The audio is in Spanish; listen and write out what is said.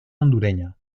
hondureña